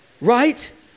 Right